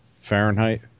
Fahrenheit